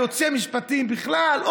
היועצים המשפטיים בכלל,